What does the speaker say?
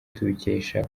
tubikesha